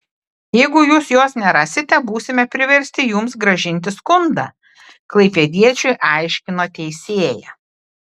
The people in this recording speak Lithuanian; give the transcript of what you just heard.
jeigu jūs jos nerasite būsime priversti jums grąžinti skundą klaipėdiečiui aiškino teisėja